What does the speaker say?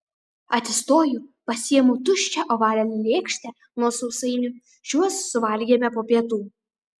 atsistoju pasiimu tuščią ovalią lėkštę nuo sausainių šiuos suvalgėme po pietų